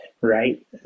right